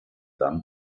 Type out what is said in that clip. dame